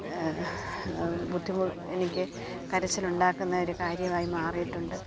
ബുദ്ധിമുട്ട് എനിക്ക് കരച്ചിൽ ഉണ്ടാക്കുന്ന ഒരു കാര്യമായി മാറിയിട്ടുണ്ട്